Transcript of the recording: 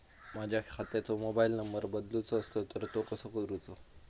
माझ्या खात्याचो mobile number बदलुचो असलो तर तो कसो करूचो?